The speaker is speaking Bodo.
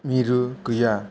मिरु गैया